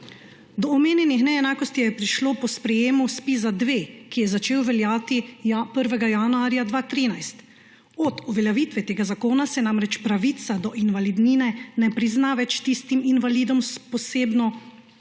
Do omenjenih neenakosti je prišlo po sprejetju ZPIZ-2, ki je začel veljati 1. januarja 2013. Od uveljavitve tega zakona se namreč pravica do invalidnine ne prizna več tistim invalidom s posamezno